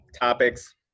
topics